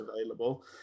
available